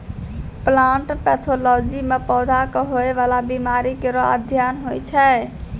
plant pathology म पौधा क होय वाला बीमारी केरो अध्ययन होय छै